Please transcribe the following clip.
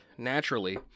Naturally